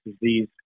disease